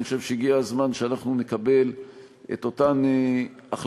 אני חושב שהגיע הזמן שאנחנו נקבל את אותן החלטות,